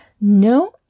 No